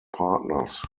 partners